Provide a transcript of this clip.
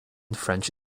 french